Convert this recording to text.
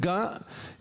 בסדר,